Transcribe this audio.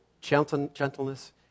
gentleness